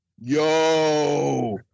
Yo